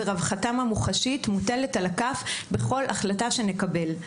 ורווחתם המוחשית מוטלת על הכף בכל החלטה שנקבל.